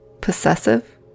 possessive